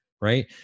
right